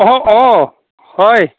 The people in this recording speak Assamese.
অঁ অঁ হয়